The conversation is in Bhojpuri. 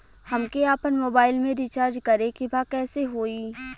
हमके आपन मोबाइल मे रिचार्ज करे के बा कैसे होई?